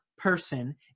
person